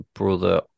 brother